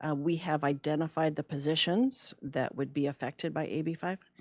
and we have identified the positions that would be affected by a b five.